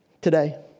today